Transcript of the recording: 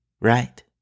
right